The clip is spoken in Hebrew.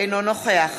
אינו נוכח